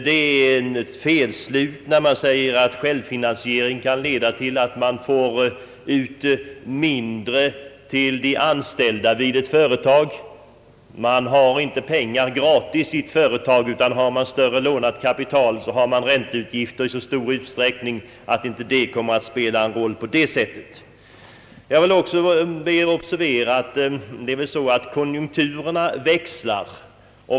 Det är ett felslut när det säges att självfinansiering kan leda till att de anställda vid ett företag får ut mindre. Man har inte pengar gratis i ett företag, utan om man har större lånat kapital har man också ränteutgifter i så stor utsträckning att utgifter för kapitalförsörjningen kommer att spela en stor roll. Jag vill också be kammarens ledamöter observera att konjunkturerna växlar.